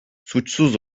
suçsuz